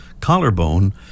collarbone